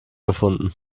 gefunden